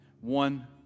One